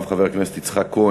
ואחריו, חבר הכנסת יצחק כהן,